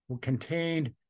contained